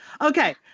Okay